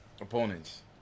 opponents